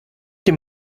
dem